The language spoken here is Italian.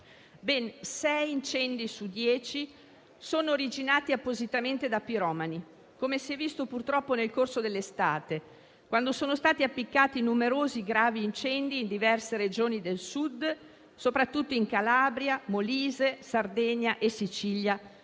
Ben sei incendi su dieci sono originati appositamente da piromani, come si è visto - purtroppo - nel corso dell'estate, quando sono stati numerosi quelli gravi appiccati in diverse Regioni del Sud (soprattutto in Calabria, Molise, Sardegna e Sicilia),